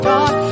God